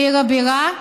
בעיר הבירה.